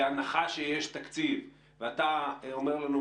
בהנחה שיש תקציב ואתה אומר לנו,